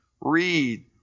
read